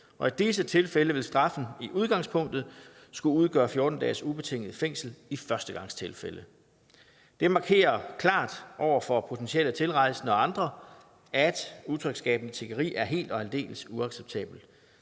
og i disse tilfælde vil straffen i udgangspunktet skulle udgøre 14 dages ubetinget fængsel i førstegangstilfælde. Det markerer klart over for potentielle tilrejsende og andre, at utryghedsskabende tiggeri er helt og aldeles uacceptabelt.